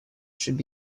should